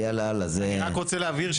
אני רק רוצה להבהיר,